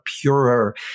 purer